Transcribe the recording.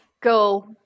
go –